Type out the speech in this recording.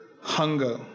hunger